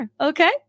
Okay